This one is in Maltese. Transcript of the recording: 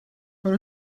però